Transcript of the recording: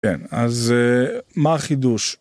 כן, אז מה החידוש?